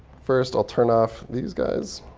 first, i'll turn off these guys.